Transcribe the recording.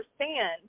understand